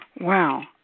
Wow